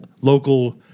local